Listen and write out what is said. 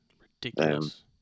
Ridiculous